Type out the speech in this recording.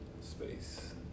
space